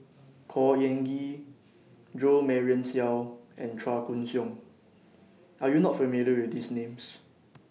Khor Ean Ghee Jo Marion Seow and Chua Koon Siong Are YOU not familiar with These Names